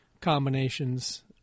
combinations